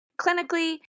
Clinically